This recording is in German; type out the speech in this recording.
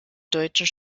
deutschen